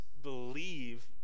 believe